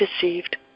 deceived